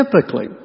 Typically